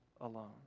alone